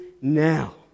now